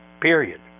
Period